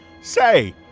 Say